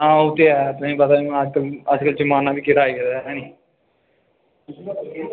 हां ओह् ते ऐ तुसेें पता हून अज्जकल अज्जकल जमाना बी केह्ड़ा आई गेदा ऐ हैनी